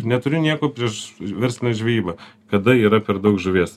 neturiu nieko prieš verslinę žvejybą kada yra per daug žuvies